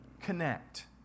connect